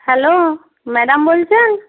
hello madam বলছেন